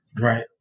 right